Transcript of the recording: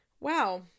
Wow